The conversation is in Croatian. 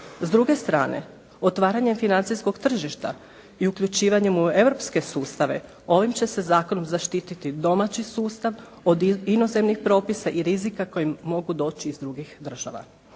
S druge strane otvaranjem financijskog tržišta i uključivanjem u europske sustave ovim će se zakonom zaštititi domaći sustav od inozemnih propisa i rizika koji im mogu doći iz drugih država.